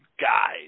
guys